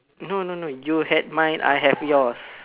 no no no you had mine I have yours